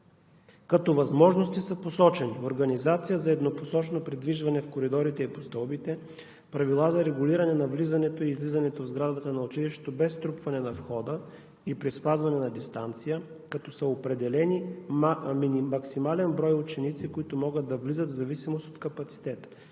Като възможности са посочени: организация за еднопосочно придвижване в коридорите и по стълбите, правила за регулиране на влизането и излизането в сградата на училището без струпване на входа и при спазване на дистанция, като са определени максимален брой ученици, които могат да влизат в зависимост от капацитета,